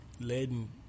letting